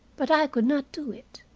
but i could not do it.